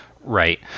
Right